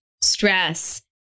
stress